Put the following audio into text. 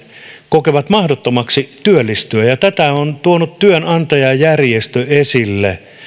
kokevat mahdottomaksi työllistyä ja tätä on tuonut työnantajajärjestö esille